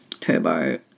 turbo